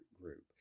group